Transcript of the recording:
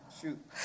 Shoot